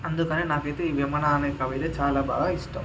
అందుకని నాకైతే ఈ వేమన అనే కవైతే చాలా బాగా ఇష్టం